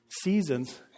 seasons